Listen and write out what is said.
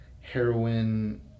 heroin